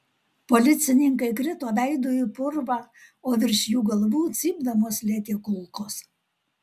policininkai krito veidu į purvą o virš jų galvų cypdamos lėkė kulkos